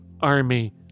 army